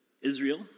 Israel